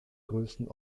größten